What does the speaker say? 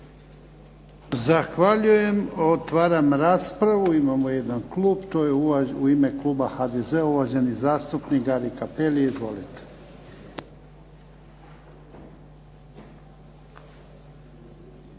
Zahvaljujem. Otvaram raspravu. Imamo jedan klub, to je u ime kluba HDZ-a uvaženi zastupnik Gari Capelli. Izvolite.